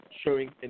Showing